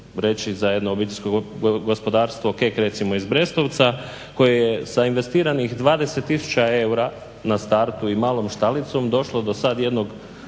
za jedno obiteljsko gospodarstvo Kek recimo iz Brestovca, koje je sa investiranih 20 tisuća eura na startu i malom štalicom došlo do sad jednog